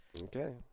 Okay